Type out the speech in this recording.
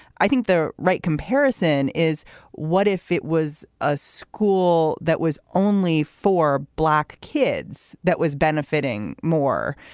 i think they're right. comparison is what if it was a school that was only for black kids that was benefiting more?